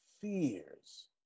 fears